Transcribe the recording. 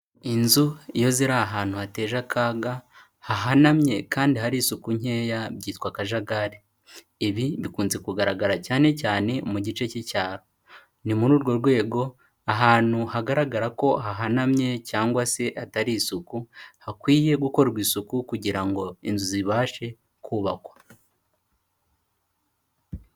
Inzu iyo ziri ahantu hateje akaga, hahanamye kandi hari isuku nkeya byitwa akajagari. Ibi bikunze kugaragara cyane cyane mu gice cy'icyaro. Ni muri urwo rwego ahantu hagaragara ko hahanamye cyangwa se hatari isuku, hakwiye gukorwa isuku kugira ngo inzu zibashe kubakwa.